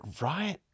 Right